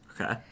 Okay